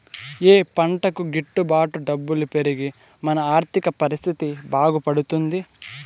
ఏ పంటకు గిట్టు బాటు డబ్బులు పెరిగి మన ఆర్థిక పరిస్థితి బాగుపడుతుంది?